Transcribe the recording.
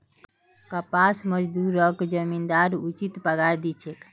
कपास मजदूरक जमींदार उचित पगार दी छेक